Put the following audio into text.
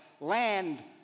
land